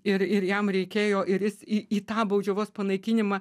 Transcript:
ir ir jam reikėjo ir jis į į tą baudžiavos panaikinimą